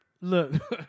look